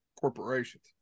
corporations